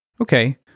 Okay